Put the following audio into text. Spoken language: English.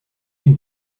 can